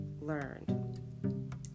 learned